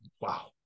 wow